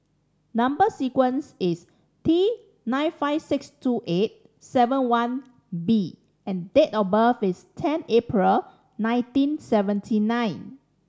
number sequence is T nine five six two eight seven one B and date of birth is ten April nineteen seventy nine